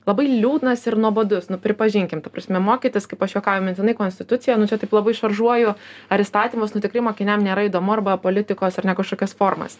labai liūdnas ir nuobodus nu pripažinkim ta prasme mokytis kaip aš juokauju mintinai konstituciją nu čia taip labai šaržuoju ar įstatymus nu tikrai mokiniam nėra įdomu arba politikos ar ne kažkokias formas